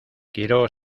quiero